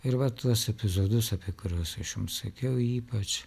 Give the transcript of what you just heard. ir va tuos epizodus apie kuriuos aš jums sakiau ypač